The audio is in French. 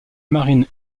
marine